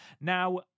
Now